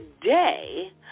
today